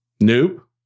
Nope